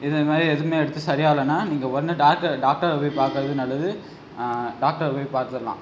இது மாதிரி எதுவுமே எடுத்து சரியாகலன்னா நீங்கள் உடனே டாக்டர் டாக்டரை போய் பார்க்கறது நல்லது டாக்டரை போய் பார்த்துட்லாம்